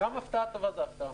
גם הפתעה טובה זו הפתעה.